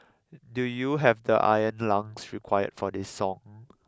do you have the iron lungs required for this song